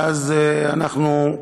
ואז אנחנו,